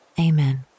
amen